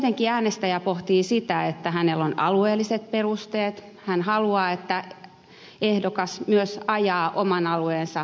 tietenkin äänestäjä pohtii sitä että hänellä on alueelliset perusteet hän haluaa että ehdokas myös ajaa oman alueensa asioita